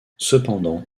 cependant